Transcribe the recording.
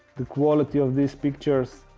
the quality of these pictures